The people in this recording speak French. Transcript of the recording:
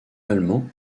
allemand